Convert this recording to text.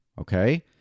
Okay